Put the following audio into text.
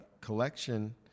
collection